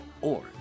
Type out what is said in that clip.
or